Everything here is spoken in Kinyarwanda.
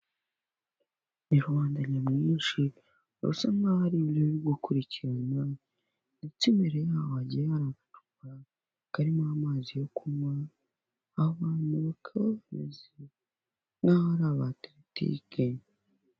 Mu muhanda harimo imodoka isize irangi ry'ubururu, imbere harimo haraturukayo ipikipiki ihetse umuntu, hirya gatoya hahagaze umuntu, ku muhanda hari ibiti binini cyane.